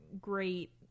great